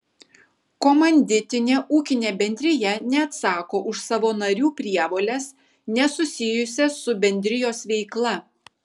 komanditinė ūkinė bendrija neatsako už savo narių prievoles nesusijusias su bendrijos veikla